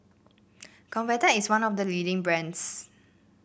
Convatec is one of the leading brands